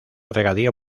regadío